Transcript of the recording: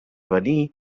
venir